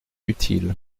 utile